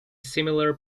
similar